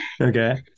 Okay